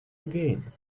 again